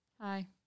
Hi